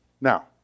Now